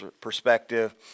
perspective